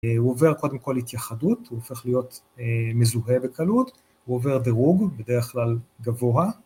הוא עובר קודם כל להתייחדות, הוא הופך להיות מזוהה בקלות, הוא עובר דירוג, בדרך כלל גבוה.